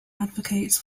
advocates